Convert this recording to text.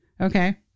okay